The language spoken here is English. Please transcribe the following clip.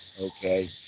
okay